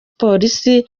polisi